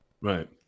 Right